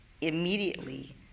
immediately